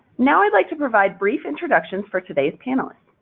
now, i'd like to provide brief introductions for today's panelists.